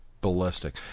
ballistic